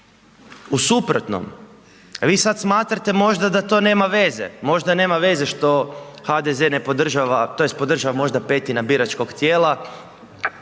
u suprotnom vi sad smatrate možda da to nema veze. Možda nema veze što HDZ ne podržava, tj. podržava možda petina biračkog tijela,